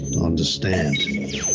understand